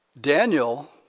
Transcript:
Daniel